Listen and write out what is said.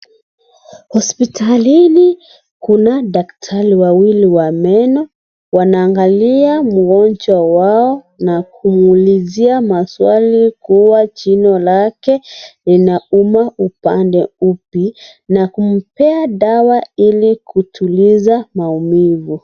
Hospitalini, kuna daktari wawili wa meno. Wanaangalia mgonjwa wao na kuulizia maswali kuwa, jino lake lina uma upande upi na kumpea dawa ili kutuliza maumivu.